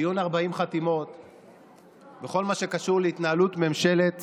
דיון 40 חתימות בכל מה שקשור להתנהלות ממשלת